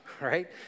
right